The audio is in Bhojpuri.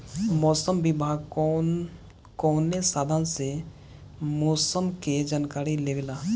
मौसम विभाग कौन कौने साधन से मोसम के जानकारी देवेला?